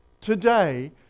Today